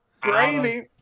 Gravy